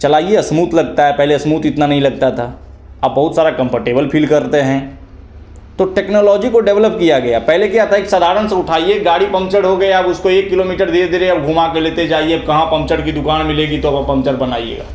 चलाइए स्मूथ लगता है पहले स्मूथ इतना नहीं लगता था अब बहुत सारे कम्फटेबल फील करते हैं तो टेक्नोलॉजी को डेबलौप किया गया है पहले क्या था एक साधारण सा उठाइए गाड़ी पंचर हो गया उसको उसको एक किलोमीटर धीरे धीरे अब घुमा के अब घुमा के लेते जाइए कहा पंचड़ की दुकान मिलेगी तब आप पंचर बनाइएगा